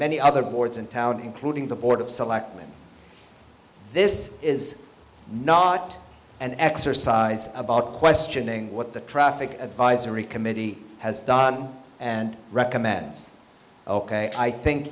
many other boards in town including the board of selectmen this is not an exercise about questioning what the traffic advisory committee has done and recommends ok i think